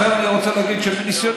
לכן אני רוצה להגיד שמניסיוני,